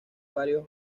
varios